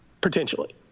potentially